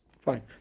Fine